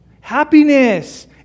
happiness